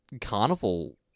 carnival